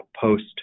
post